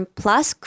plus